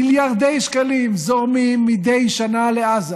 מיליארדי שקלים זורמים מדי שנה לעזה